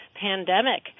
pandemic